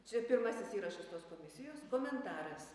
čia pirmasis įrašas tos komisijos komentaras